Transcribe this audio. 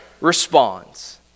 responds